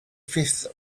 fifth